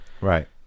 right